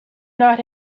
not